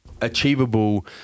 achievable